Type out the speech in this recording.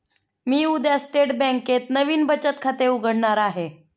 मी उद्या स्टेट बँकेत नवीन बचत खाते उघडणार आहे